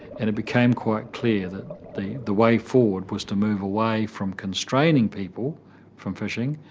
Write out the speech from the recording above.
and it became quite clear that the the way forward was to move away from constraining people from fishing,